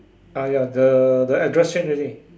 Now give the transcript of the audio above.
ah ya the address change already